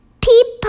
people